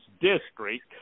district